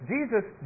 Jesus